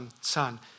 son